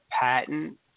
patent